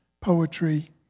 Poetry